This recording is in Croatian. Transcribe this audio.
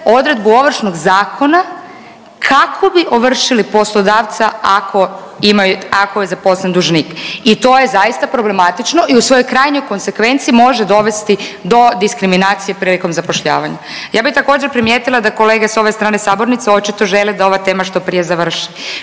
odredbu Ovršnog zakona kako bi ovršili poslodavca ako, ako je zaposlen dužnik i to je zaista problematično i u svojoj krajnjoj konsekvenci može dovesti do diskriminacije prilikom zapošljavanja. Ja bih također, primijetila da kolege s ove strane sabornice očito žele da ova tema što prije završi,